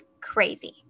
crazy